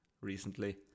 recently